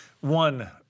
one